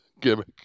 gimmick